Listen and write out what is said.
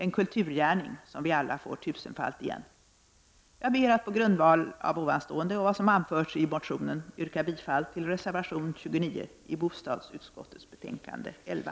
En kulturgärning, som vi alla får tusenfalt igen. Jag ber att på grundval av ovanstående och vad som anförts i motionen få yrka bifall till reservation 29 i bostadsutskottets betänkande 11.